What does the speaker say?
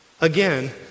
Again